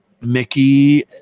mickey